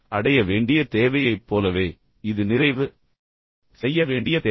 அடைய வேண்டிய தேவையைப் போலவே இது நிறைவு செய்ய வேண்டிய தேவை